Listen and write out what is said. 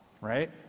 right